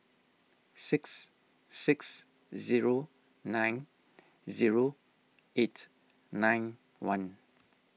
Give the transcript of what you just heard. six six zero nine zero eight nine one